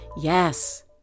Yes